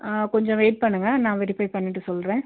ஆ கொஞ்சம் வெயிட் பண்ணுங்கள் நான் வெரிஃபை பண்ணிவிட்டு சொல்கிறேன்